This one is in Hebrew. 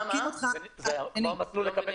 זה לא מה שבג"ץ אומר.